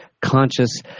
conscious